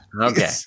Okay